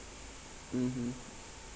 mmhmm